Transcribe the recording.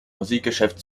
musikgeschäft